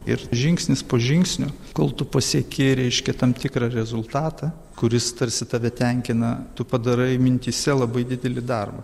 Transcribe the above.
ir žingsnis po žingsnio kol tu pasieki reiškia tam tikrą rezultatą kuris tarsi tave tenkina tu padarai mintyse labai didelį darbą